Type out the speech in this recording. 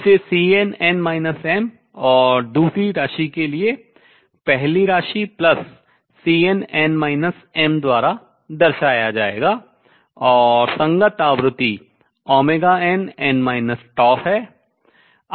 इसे Cnn m और दूसरी राशि के लिए पहली राशि प्लस Cnn m द्वारा दर्शाया जाएगा और संगत आवृत्ति nn है